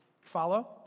Follow